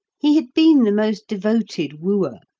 he had been the most devoted wooer,